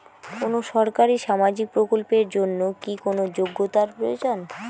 কোনো সরকারি সামাজিক প্রকল্পের জন্য কি কোনো যোগ্যতার প্রয়োজন?